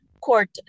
court